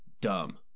dumb